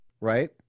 right